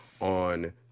on